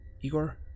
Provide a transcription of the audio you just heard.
Igor